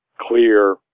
clear